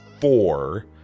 four